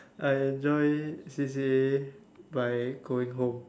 I enjoy C_C_A by going home